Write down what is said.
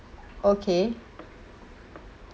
okay